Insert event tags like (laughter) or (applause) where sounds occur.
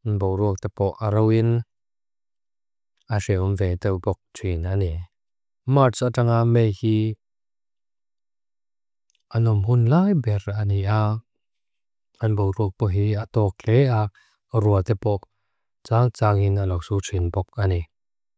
(hesitation) Nborúak te po'arawín áshe um vedagok trín áni. Mártsa tanga me hitlé min alúm hunlái berra áni. (hesitation) Án nborúak puihí átóke á roa te pok. Tsa tsa hin aláwsú trín pokáni.